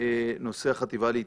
ונושא החטיבה להתיישבות.